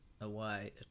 away